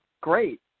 great